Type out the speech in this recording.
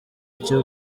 cyo